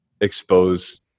expose